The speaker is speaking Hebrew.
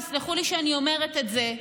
תסלחו לי שאני אומרת את זה,